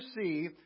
see